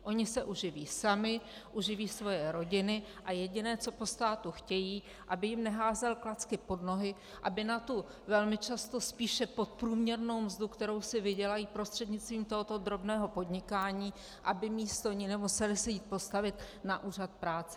Oni se uživí sami, uživí svoje rodiny a jediné, co po státu chtějí, aby jim neházel klacky pod nohy, aby za velmi často spíše podprůměrnou mzdu, kterou si vydělají prostřednictvím tohoto drobného podnikání, se nemuseli místo ní jít postavit na úřad práce.